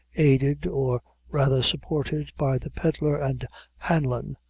aided, or rather supported, by the pedlar and hanlon,